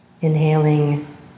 inhaling